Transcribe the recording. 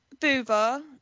Booba